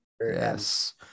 Yes